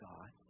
God